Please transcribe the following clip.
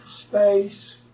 Space